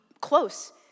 close